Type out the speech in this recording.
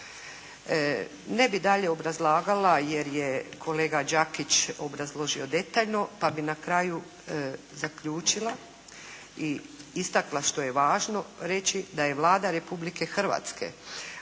Ne bih dalje obrazlagala jer je kolega Đakić obrazložio detaljno pa bih na kraju zaključila i istakla što je važno reći, da je Vlada Republike Hrvatske